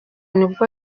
nibwo